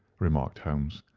remarked holmes.